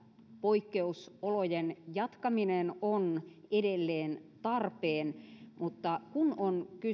poikkeusolojen jatkaminen on edelleen tarpeen mutta kun on